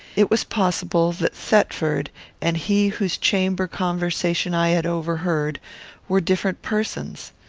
it was possible that thetford and he whose chamber conversation i had overheard were different persons.